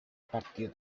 partir